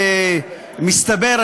מסתבר,